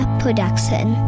production